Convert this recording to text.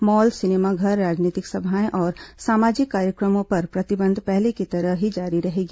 mall सिनेमाघर राजनीतिक सभाएं और सामाजिक कार्यक्रमों पर प्रतिबंध पहले की तरह की जारी रहेगा